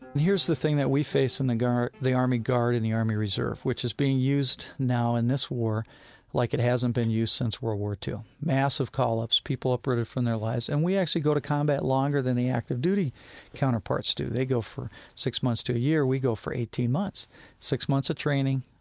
and here's the thing that we face in the guard the army guard and the army reserve, which is being used now in this war like it hasn't been used since world war ii, massive call-ups, people uprooted from their lives. and we actually go to combat longer than the active-duty counterparts do. they go for six months to a year. we go for eighteen months six months of training,